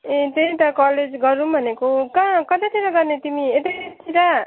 ए त्यही त कलेज गरौँ भनेको कहाँ कतातिर गर्ने तिमी यतैतिर